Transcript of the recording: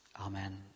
Amen